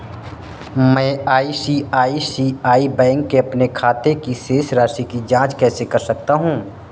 मैं ICICI bank के अपने खाते की शेष राशि की जाँच कैसे कर सकता हूँ?